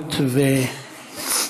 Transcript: שנינות וחברות.